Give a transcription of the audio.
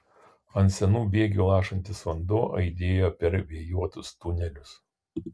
ant senų bėgių lašantis vanduo aidėjo per vėjuotus tunelius